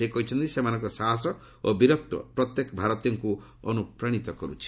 ସେ କହିଛନ୍ତି ସେମାନଙ୍କ ସାହସ ଓ ବୀରତ୍ୱ ପ୍ରତ୍ୟେକ ଭାରତୀୟଙ୍କୁ ଅନୁପ୍ରାଣିତ କରୁଛି